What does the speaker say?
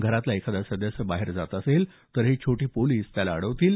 घरातला एखादा सदस्य बाहेर जात असेल तर हे छोटे पोलिस त्याला अडवतील